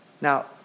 Now